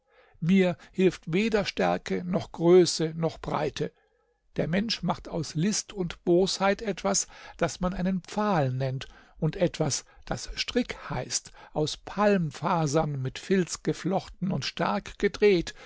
mir hilft weder stärke noch größe noch breite der mensch macht aus list und bosheit etwas das man pfahl nennt und etwas das strick heißt aus palmfasern mit filz geflochten und stark gedreht